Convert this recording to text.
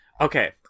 Okay